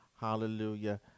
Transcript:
Hallelujah